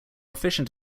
efficient